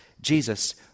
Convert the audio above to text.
Jesus